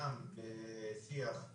כולם בשיח,